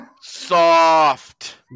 Soft